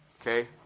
Okay